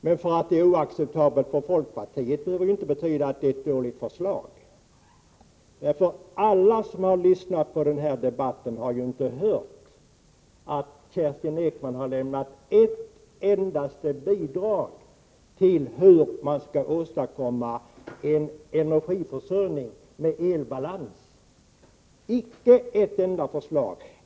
Men att förslaget är oacceptabelt för folkpartiet behöver inte betyda att det är ett dåligt förslag. Alla som har lyssnat på den här debatten har hört att Kerstin Ekman inte lämnat ett enda förslag till hur man skall åstadkomma en energiförsörjning med elbalans.